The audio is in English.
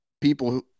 people